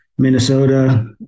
Minnesota